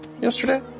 yesterday